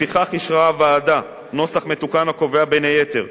לפיכך אישרה הוועדה נוסח מתוקן הקובע, בין היתר,